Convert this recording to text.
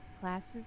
classes